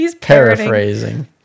paraphrasing